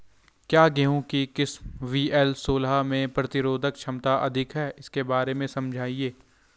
क्या गेहूँ की किस्म वी.एल सोलह में प्रतिरोधक क्षमता अधिक है इसके बारे में समझाइये?